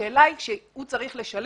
השאלה היא איך הוא ישלם אם הוא צריך לשלם.